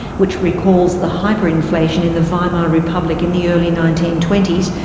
which recalls the hyperinflation in the weimar republic in the early nineteen twenty s,